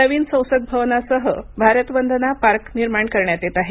नवीन संसद भवनसह भारत वंदना पार्क निर्माण करण्यात येत आहे